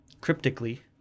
cryptically